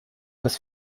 das